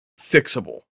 fixable